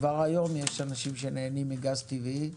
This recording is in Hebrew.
כבר היום יש אנשים שנהנים מגז טבעי,